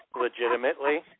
legitimately